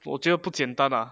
我觉得不简单啊